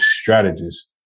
strategist